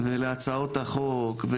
ולהצעות החוק,